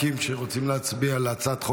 פנינה תמנו, אינה נוכחת סיבוב שני, בבקשה.